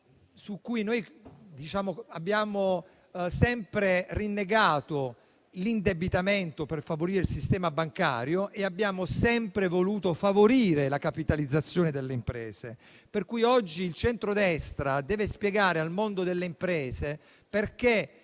Noi abbiamo sempre rinnegato l'indebitamento per favorire il sistema bancario e abbiamo sempre voluto favorire la capitalizzazione delle imprese. Per cui, oggi il centrodestra deve spiegare al mondo delle imprese perché